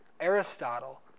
Aristotle